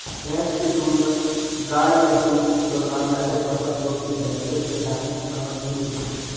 भैंस के दूध में गाय के दूध की तुलना में अधिक वसा, प्रोटीन, लैक्टोज विटामिन सामग्री होती है